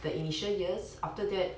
the initial years after that